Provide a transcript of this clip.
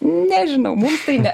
nežinau mums tai ne